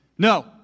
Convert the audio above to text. no